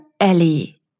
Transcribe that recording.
Ellie